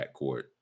backcourt